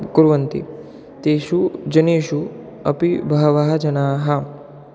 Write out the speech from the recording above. कुर्वन्ति तेषु जनेषु अपि बहवः जनाः